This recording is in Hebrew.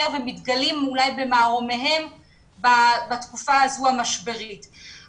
ומתגלים אולי במערומיהם בתקופה המשברית הזו של הקורונה,